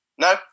No